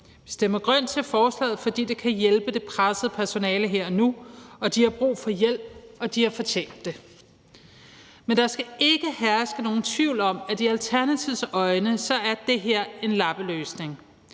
Vi stemmer grønt til forslaget, fordi det kan hjælpe det pressede personale her og nu. De har brug for hjælp, og de har fortjent det. Men der skal ikke herske nogen tvivl om, at i Alternativets øjne er det her en lappeløsning;